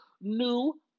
New